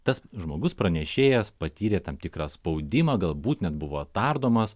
tas žmogus pranešėjas patyrė tam tikrą spaudimą galbūt net buvo tardomas